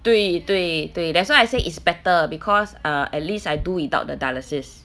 对对对 that's why I say is better because uh at least I do without the dialysis